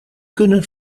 kunnen